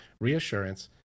reassurance